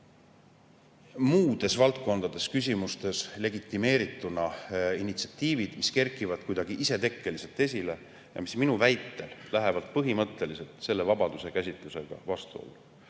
muudes valdkondades, küsimustes legitimeerituna initsiatiivid, mis kerkivad kuidagi isetekkeliselt esile ja mis minu väitel lähevad põhimõtteliselt selle vabaduse käsitlusega vastuollu.